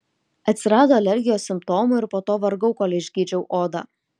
atsirado alergijos simptomų ir po to vargau kol išgydžiau odą